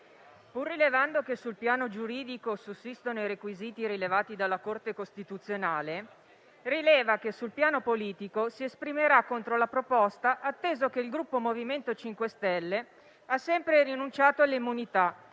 pur rilevando che sul piano giuridico sussistono i requisiti rilevati dalla Corte costituzionale, rileva che sul piano politico si esprimerà contro la proposta, atteso che il Gruppo MoVimento 5 Stelle ha sempre rinunciato all'immunità